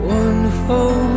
Wonderful